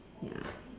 ya